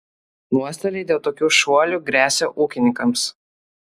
nuostoliai dėl tokių šuolių gresia ūkininkams